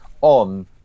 on